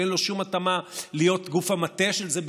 שאין לו שום התאמה להיות גוף המטה של זה,